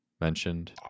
mentioned